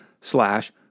slash